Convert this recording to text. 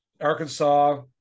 Arkansas